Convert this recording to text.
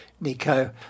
Nico